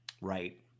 Right